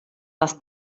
les